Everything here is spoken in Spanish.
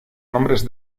nombres